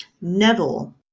Neville